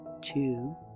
two